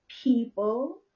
people